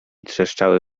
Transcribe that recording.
trzeszczały